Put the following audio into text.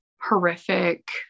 horrific